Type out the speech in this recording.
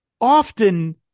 often